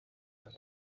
uwo